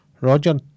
Roger